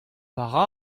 petra